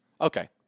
Okay